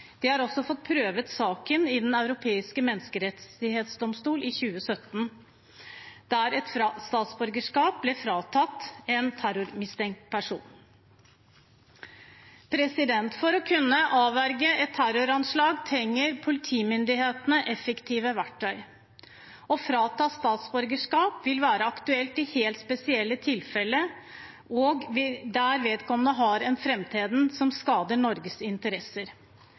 De har også fått prøvd saken i Den europeiske menneskerettsdomstolen i 2017, der et statsborgerskap ble fratatt en terrormistenkt person. For å kunne avverge et terroranslag trenger politimyndighetene effektive verktøy. Å frata statsborgerskap vil være aktuelt i helt spesielle tilfeller og der vedkommende har en framtreden som skader Norges interesser.